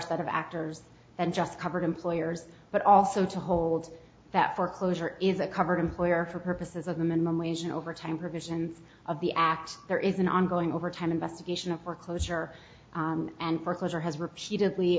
set of actors and just covered employers but also to hold that foreclosure is a covered employer for purposes of the minimum wage and overtime provisions of the act there is an ongoing over time investigation of foreclosure and foreclosure has repeatedly